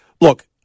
look